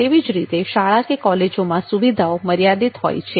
તેવી જ રીતે શાળા કે કોલેજમાં સુવિધાઓ મર્યાદિત હોય છે